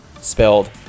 spelled